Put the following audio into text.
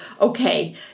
okay